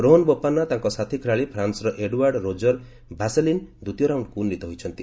ରୋହନ୍ ବୋପନ୍ନା ତାଙ୍କ ସାଥୀ ଖେଳାଳି ଫ୍ରାନ୍ସର ଏଡୋୱାର୍ଡ ରୋକର ଭାସେଲିନ୍ ଦ୍ୱିତୀୟ ରାଉଶ୍ଡକୁ ଉନ୍ନିତ ହୋଇଛନ୍ତି